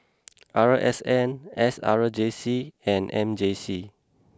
R S N S R J C and M J C